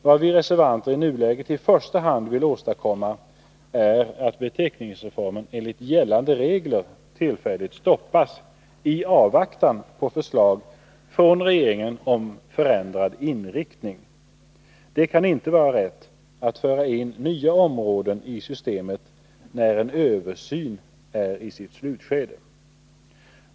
Vad vi reservanter i nuläget i första hand vill åstadkomma är att beteckningsreformen enligt gällande regler tillfälligt stoppas i avvaktan på förslag från regeringen om förändrad inriktning. Det kan inte vara rätt att föra in nya områden i systemet när en översyn är i sitt slutskede.